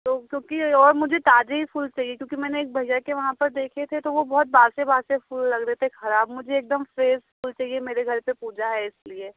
तो क्योंकि और मुझे ताज़े ही फूल चाहिए क्योंकि मैंने एक भैया के वहाँ पर देखे थे तो वो बहुत बसी बसी फूल लग रहे थे खराब मुझे एकदम फ्रेस फूल चहिए मेरे घर पर पूजा है इसलिए